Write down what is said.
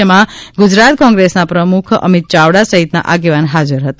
જેમાં ગુજરાત કોંગ્રેસના પ્રમુખ અમિત ચાવડા સહિતના આગેવાન હાજર હતા